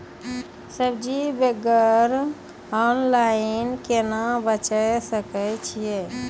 सब्जी वगैरह ऑनलाइन केना बेचे सकय छियै?